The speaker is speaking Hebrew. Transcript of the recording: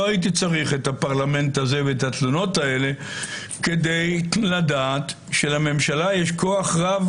הייתי צריך את הפרלמנט הזה ואת התלונות האלה כדי לדעת שלממשלה יש כוח רב,